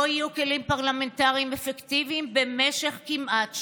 לא יהיו כלים פרלמנטריים אפקטיביים במשך כמעט שנה?